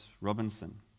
Robinson